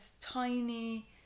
tiny